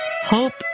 hope